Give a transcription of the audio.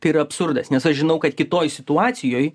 tai yra absurdas nes aš žinau kad kitoj situacijoj